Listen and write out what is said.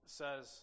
says